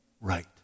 right